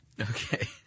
Okay